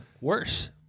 worse